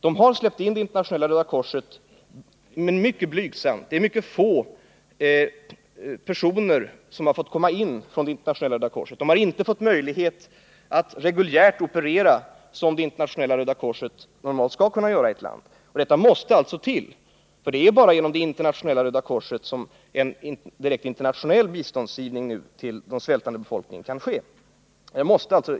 Man har tillåtit hjälp från Internationella röda korset men i mycket blygsam skala. Det är ytterst få personer från Internationella röda korset som har fått komma in i Östtimor. De har inte fått möjlighet att reguljärt operera som Internationella röda korset normalt skall kunna göra i ett land. Sådana möjligheter måste till, för det är bara genom Internationella röda korset som en direkt internationell biståndsgivning till den svältande befolkningen kan ske.